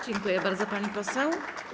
Dziękuję bardzo, pani poseł.